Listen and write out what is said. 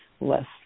less